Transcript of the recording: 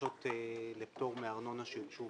לבקשות לפטור מארנונה שהוגשו